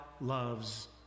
loves